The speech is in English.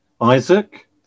Isaac